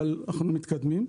אבל אנחנו מתקדמים.